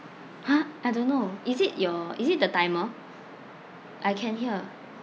!huh! I don't know is it your is it the timer I can hear